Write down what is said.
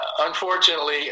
Unfortunately